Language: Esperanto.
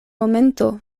momento